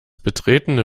betretene